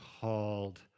called